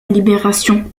libération